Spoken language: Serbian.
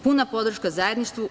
Puna podrška zajedništvu.